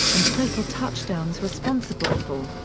and total touchdowns responsible for.